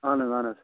اَہَن حظ اَہَن حظ